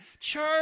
Church